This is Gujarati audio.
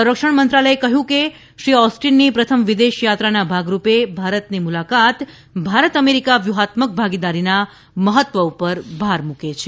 સંરક્ષણ મંત્રાલયે કહ્યું કે શ્રી ઓસ્ટિનની પ્રથમ વિદેશ યાત્રાના ભાગ રૂપે ભારતની મુલાકાત ભારત અમેરિકા વ્યૂહાત્મક ભાગીદારીના મહત્વ પર ભાર મૂકે છે